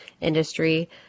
industry